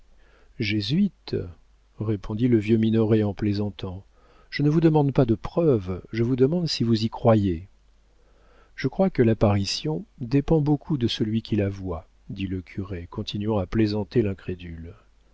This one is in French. jésuite répondit le vieux minoret en plaisantant je ne vous demande pas de preuves je vous demande si vous y croyez je crois que l'apparition dépend beaucoup de celui qui la voit dit le curé continuant à plaisanter